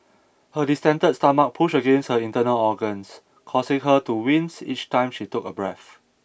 her distended stomach pushed against her internal organs causing her to wince each time she took a breath